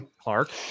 Clark